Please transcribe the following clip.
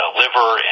liver